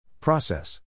Process